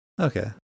Okay